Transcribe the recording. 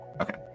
Okay